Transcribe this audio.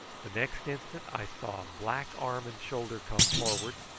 the next instant i saw a black arm and shoulder come forward,